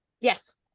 Yes